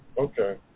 Okay